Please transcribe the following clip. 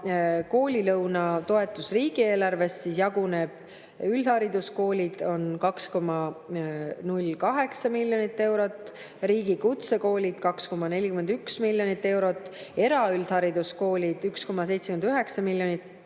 Koolilõuna toetus riigieelarvest jaguneb nii: üldhariduskoolid 2,08 miljonit eurot, riigi kutsekoolid 2,41 miljonit eurot, eraüldhariduskoolid 1,79 miljonit